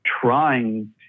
trying